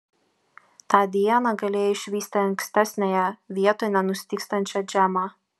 tą dieną galėjai išvysti ankstesniąją vietoj nenustygstančią džemą